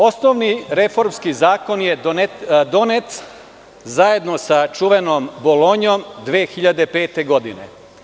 Osnovni reformski zakon je donet zajedno sa čuvenom Bolonjom 2005. godine.